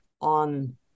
on